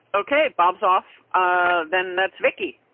okay. bob's off um then that's vicki.